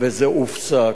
וזה הופסק.